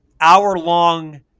hour-long